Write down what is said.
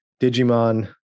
digimon